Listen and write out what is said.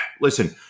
listen